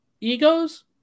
egos